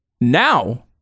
Now